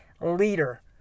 leader